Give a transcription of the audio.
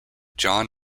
john